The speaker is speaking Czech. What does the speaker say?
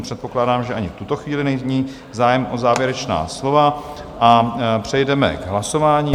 Předpokládám, že ani v tuto chvíli není zájem o závěrečná slova, a přejdeme k hlasování.